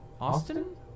Austin